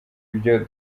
byo